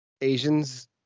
asians